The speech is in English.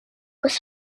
was